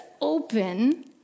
open